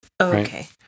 Okay